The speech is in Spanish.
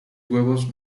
huevos